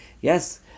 yes